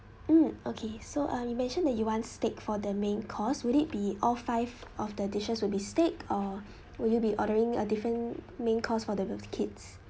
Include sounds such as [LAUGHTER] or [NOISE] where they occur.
mm okay so uh you mentioned that you want steak for the main course would it be all five of the dishes will be steak or [BREATH] will you be ordering a different main course for the birthday kids